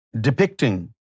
depicting